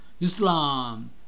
Islam